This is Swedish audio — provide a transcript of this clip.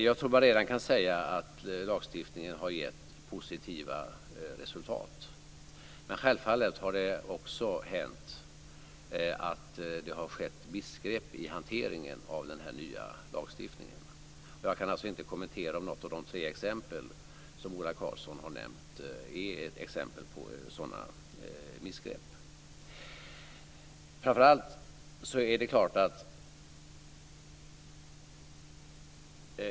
Jag tror att man redan kan säga att lagstiftningen har gett positiva resultat men självfallet har det också skett missgrepp i hanteringen av den nya lagstiftningen. Jag kan alltså inte kommentera om något av de tre fall som Ola Karlsson har nämnt är exempel på sådana missgrepp.